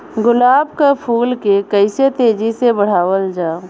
गुलाब क फूल के कइसे तेजी से बढ़ावल जा?